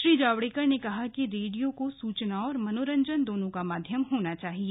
श्री जावडेकर ने कहा कि रेडियो को सूचना और मनोरंजन दोनों का माध्यम होना चाहिए